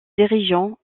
dirigeant